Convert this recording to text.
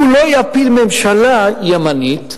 הוא לא יפיל ממשלה ימנית,